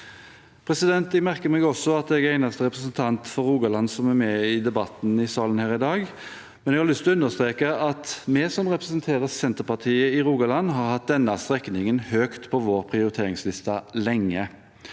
kommer. Jeg merker meg også at jeg er den eneste representanten for Rogaland som er med i debatten i salen her i dag, men jeg har lyst til å understreke at vi som representerer Senterpartiet i Rogaland, har hatt denne strekningen høyt på vår prioriteringsliste lenge.